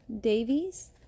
Davies